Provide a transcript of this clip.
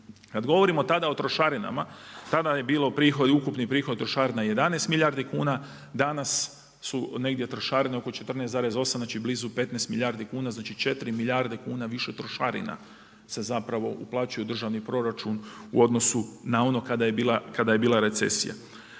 Kada govorimo tada o trošarinama, tada je bio ukupni prihod trošarina 11 milijardi kuna, danas su negdje trošarine oko 14,8 znači blizu 15 milijardi kuna, znači 4 milijarde kuna više trošarine se uplaćuje u državni proračun u odnosu na ono kada je bila recesija.